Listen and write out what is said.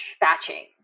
batching